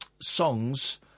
songs